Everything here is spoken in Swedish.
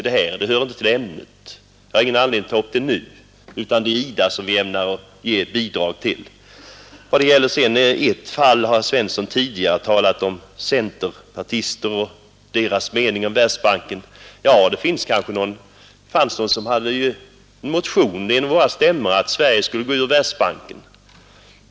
Det hör inte till ämnet, utan ämnet är IDA, som vi skall ge bidrag till. Herr Svensson har tidigare talat om centerpartister och deras mening om Världsbanken. Ja, det fanns någon som hade en motion vid en av våra stämmor om att Sverige skulle gå ur Världsbanken.